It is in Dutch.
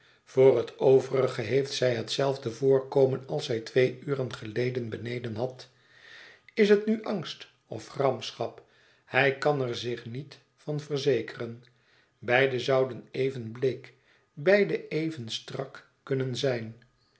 voor het overige heeft zij hetzelfde voorkomen als zij twee uren geleden beneden had is het nu angst of gramschap hij kan er zich niet van verzekeren beide zouden even bleek beide even strak kunnen zijn